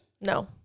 No